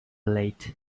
late